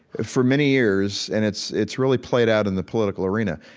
for many years and it's it's really played out in the political arena,